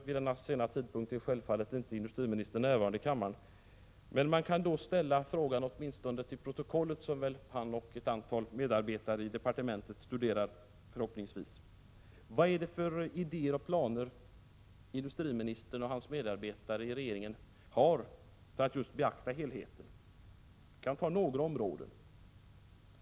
Vid denna sena tidpunkt är självfallet inte industriministern närvarande i kammaren. Men man kan åtminstone ställa frågan till protokollet, som han och ett antal medarbetare i departementet förhoppningsvis studerar: Vad är det för idéer och planer industriministern och hans medarbetare i regeringen har för att beakta helheten? Jag kan nämna några områden.